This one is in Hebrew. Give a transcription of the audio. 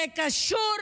זה קשור